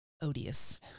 odious